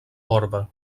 orba